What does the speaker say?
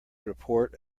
report